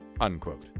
unquote